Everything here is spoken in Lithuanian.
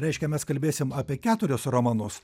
reiškia mes kalbėsim apie keturius romanus